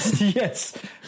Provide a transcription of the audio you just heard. yes